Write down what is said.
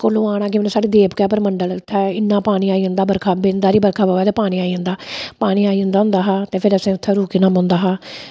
स्कूलूं आना स्हाड़़े देवका परमंडल उत्थै इन्ना पानी आई जंदा बर्ख बिंद हारी बर्खा पवै ते पानी आई जंदा पानी आई जंदा हुंदा हा ते फिर असें उत्थै रुकना पौंदा हा